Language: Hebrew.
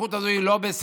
המלכות הזאת היא לא בסדר,